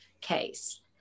case